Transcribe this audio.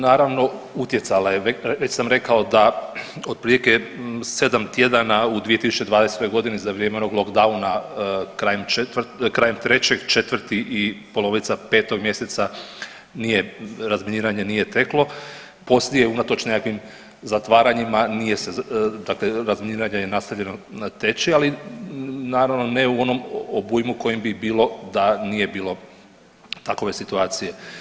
Naravno utjecala je, već sam rekao da otprilike sedam tjedana u 2020.g. za vrijeme onog lockdowna krajem 3., 4. i polovica 5. mjeseca nije razminiranje nije teklo, poslije je unatoč nekakvim zatvaranjima nije dakle razminiranje je nastavljeno teći, ali naravno ne u onom obujmu kojem bi bilo da nije bilo takove situacije.